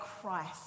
Christ